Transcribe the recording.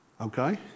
Okay